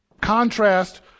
Contrast